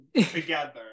together